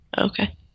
Okay